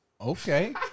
Okay